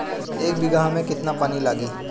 एक बिगहा में केतना पानी लागी?